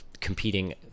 competing